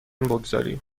بگذاریم